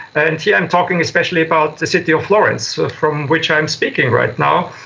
and here i am talking especially about the city of florence from which i am speaking right now,